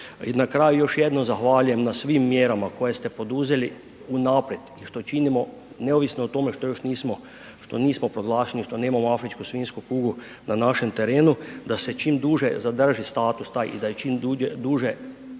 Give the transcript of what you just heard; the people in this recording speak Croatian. I na kraju još jednom zahvaljujem na svim mjerama koje ste poduzeli unaprijed, što činimo, neovisno o tome što još nismo, što nismo proglašeni, što nemamo afričku svinjsku kugu na našem terenu da se čim duže zadrži status taj i da je čim duže,